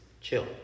chill